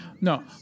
No